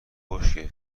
خشکه